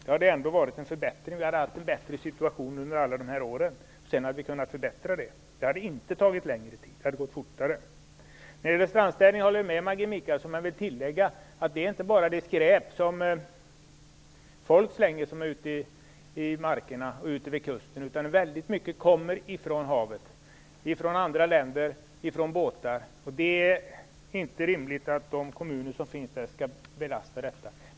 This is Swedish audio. Det hade ändå inneburit en förbättring, och vi hade haft en bättre situation under alla dessa år. Sedan hade vi kunnat förbättra den. Det hade inte tagit längre tid - det hade gått fortare. När det gäller strandstädning håller jag med Maggi Mikaelsson men vill tillägga att det inte bara gäller det skräp som folk som är ute i markerna och ute vid kusten slänger. Väldigt mycket kommer från havet, från andra länder och från båtar, och det är inte rimligt att de kommuner som drabbas skall belastas av detta.